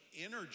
energy